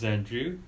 Andrew